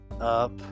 up